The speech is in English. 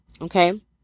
okay